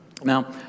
Now